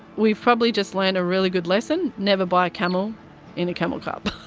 we've probably just learned a really good lesson. never buy a camel in a camel cup.